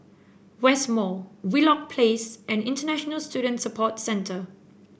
West Mall Wheelock Place and International Student Support Centre